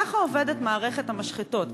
ככה עובדת מערכת המשחטות,